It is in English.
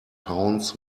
pounds